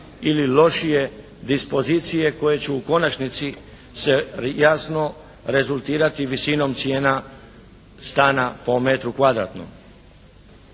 ili lošije dispozicije koje će u konačnici se jasno rezultirati visinom cijena stana po metru kvadratnom.